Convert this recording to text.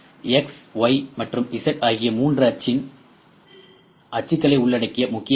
X Y மற்றும் Z ஆகிய 3 அச்சின் மூன்று அச்சுகளை உள்ளடக்கிய முக்கிய அமைப்பு